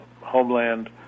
Homeland